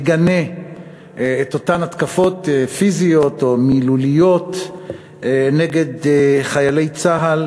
מגנים את אותן התקפות פיזיות או מילוליות נגד חיילי צה"ל